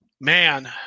man